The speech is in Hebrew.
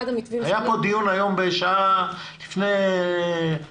אחד המתווים --- היה פה היום דיון לפני שעתיים,